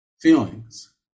feelings